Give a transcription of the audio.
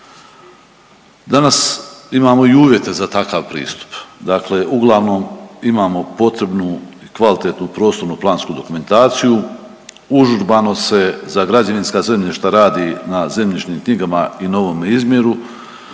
Danas imamo i uvjete za takav pristup, dakle uglavnom imamo potrebnu i kvalitetnu prostorno plansku dokumentaciju, užurbano se za građevinska zemljišta radi na zemljišnim knjigama i novome izmjeru.